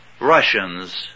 Russians